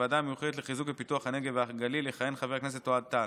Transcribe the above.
בוועדה המיוחדת לחיזוק לפיתוח הנגב והגליל יכהן חבר הכנסת אוהד טל.